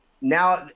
now